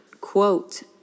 quote